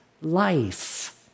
life